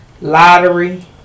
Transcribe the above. lottery